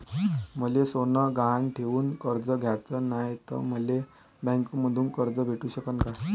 मले सोनं गहान ठेवून कर्ज घ्याचं नाय, त मले बँकेमधून कर्ज भेटू शकन का?